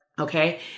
okay